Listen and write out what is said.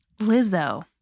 Lizzo